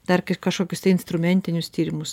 dar kažkokius tai instrumentinius tyrimus